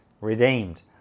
redeemed